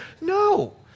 no